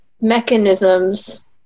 mechanisms